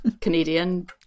Canadian